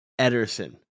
Ederson